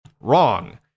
Wrong